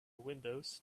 windows